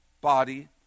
body